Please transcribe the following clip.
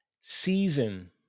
season